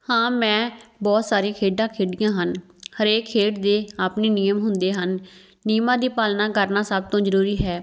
ਹਾਂ ਮੈਂ ਬਹੁਤ ਸਾਰੀਆਂ ਖੇਡਾਂ ਖੇਡੀਆਂ ਹਨ ਹਰੇਕ ਖੇਡ ਦੇ ਆਪਣੇ ਨਿਯਮ ਹੁੰਦੇ ਹਨ ਨਿਯਮਾਂ ਦੀ ਪਾਲਣਾ ਕਰਨਾ ਸਭ ਤੋਂ ਜ਼ਰੂਰੀ ਹੈ